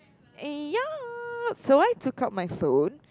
and ya so I took out my phone